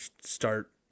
start